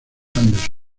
anderson